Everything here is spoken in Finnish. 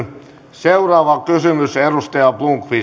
seuraava kysymys edustaja blomqvist